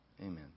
Amen